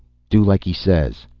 do like e says.